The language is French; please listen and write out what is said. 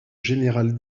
général